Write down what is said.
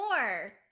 more